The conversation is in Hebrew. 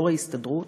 יו"ר ההסתדרות,